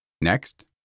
Next